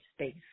space